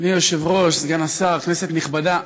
אדוני היושב-ראש, סגן השר, כנסת נכבדה,